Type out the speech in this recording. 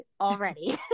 already